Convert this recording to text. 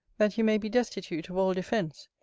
that you may be destitute of all defence,